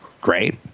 Great